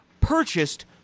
purchased